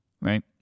right